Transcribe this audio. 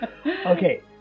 Okay